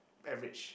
average